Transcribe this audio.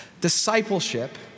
Discipleship